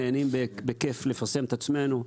נהנים בכיף לפרסם את עצמנו.